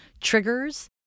triggers